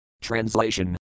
Translation